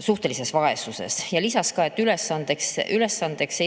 suhtelises vaesuses, ja lisas, et ülesandeks